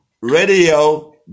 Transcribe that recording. radio